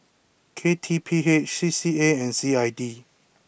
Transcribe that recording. K T P H C C A and C I D